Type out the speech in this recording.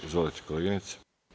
Izvolite, koleginice.